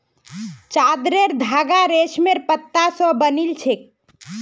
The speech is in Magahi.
चादरेर धागा रेशमेर पत्ता स बनिल छेक